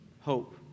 hope